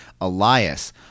Elias